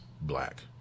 black